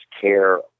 care